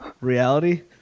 reality